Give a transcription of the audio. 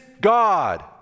God